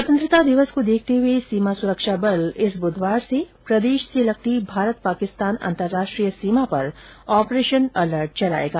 स्वतंत्रता दिवस को देखते हुए सीमा सुरक्षा बल इस बुधवार से प्रदेश से लगती भारत पाकिस्तान अंतर्राष्ट्रीय सीमा पर ऑपरेशन अलर्ट चलायेगा